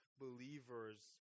believers